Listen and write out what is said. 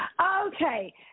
Okay